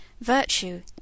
virtue